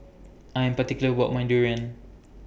I Am particular about My Durian